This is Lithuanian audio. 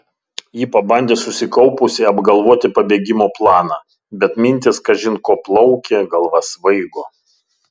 ji pabandė susikaupusi apgalvoti pabėgimo planą bet mintys kažin ko plaukė galva svaigo